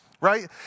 right